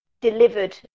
delivered